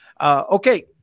Okay